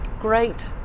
great